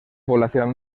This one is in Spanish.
población